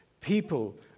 People